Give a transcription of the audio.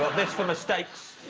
this for mistakes